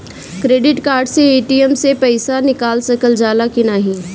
Credit card से ATM से पइसा निकाल सकल जाला की नाहीं?